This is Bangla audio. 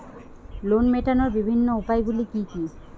লোন মেটানোর বিভিন্ন উপায়গুলি কী কী?